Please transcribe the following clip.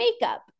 makeup